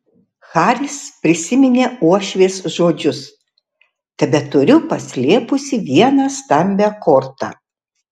haris prisiminė uošvės žodžius tebeturiu paslėpusi vieną stambią kortą